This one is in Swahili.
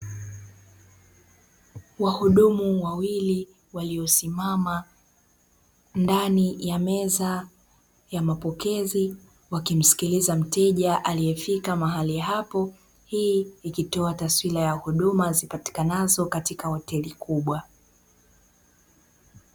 Wahudumu wawili waliosimama ndani ya meza ya mapokezi wakimskiliza mteja aliyefika mahali hapo, hii ikitoa taswira ya huduma zipatikanazo katika hoteli kubwa.